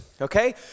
okay